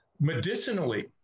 medicinally